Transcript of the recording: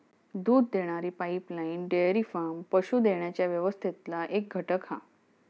दूध देणारी pipeline dairy farm पशू देण्याच्या व्यवस्थेतला एक घटक हा